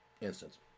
instance